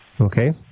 Okay